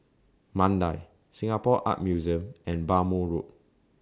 Mandai Singapore Art Museum and Bhamo Road